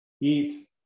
Eat